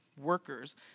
workers